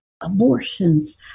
abortions